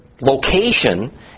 location